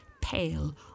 pale